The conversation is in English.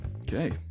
Okay